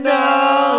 now